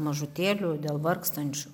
mažutėlių dėl vargstančių